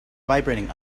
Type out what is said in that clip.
vibrating